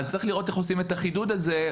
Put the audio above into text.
אז צריך לראות איך עושים את החידוד הזה,